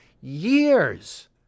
years